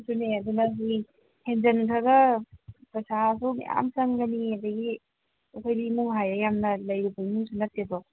ꯑꯗꯨꯅꯦ ꯑꯗꯨꯅ ꯍꯌꯦꯡ ꯍꯦꯟꯖꯤꯟꯈ꯭ꯔꯒ ꯄꯩꯁꯥꯁꯨ ꯃꯌꯥꯝ ꯆꯪꯒꯅꯤ ꯑꯗꯒꯤ ꯑꯩꯈꯣꯏꯗꯤ ꯏꯃꯨꯡ ꯍꯥꯏꯔꯦ ꯌꯥꯝꯅ ꯂꯩꯔꯨꯕ ꯏꯃꯨꯡꯁꯨ ꯅꯠꯇꯦꯗꯣ